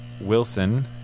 Wilson